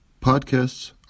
Podcasts